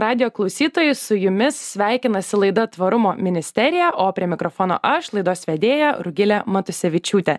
radijo klausytojai su jumis sveikinasi laida tvarumo ministerija o prie mikrofono aš laidos vedėja rugilė matusevičiūtė